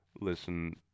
Listen